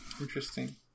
Interesting